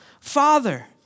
Father